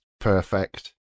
perfect